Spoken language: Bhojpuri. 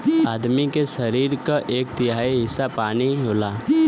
आदमी के सरीर क एक तिहाई हिस्सा पानी होला